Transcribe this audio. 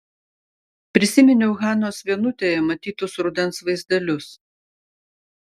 prisiminiau hanos vienutėje matytus rudens vaizdelius